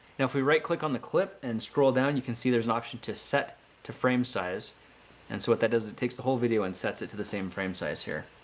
if we right-click on the clip and scroll down, you can see there's an option to set to frame size and so what that does is it takes the whole video and sets it to the same frame size here.